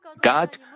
God